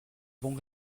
bons